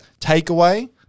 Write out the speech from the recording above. Takeaway